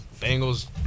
Bengals